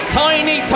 tiny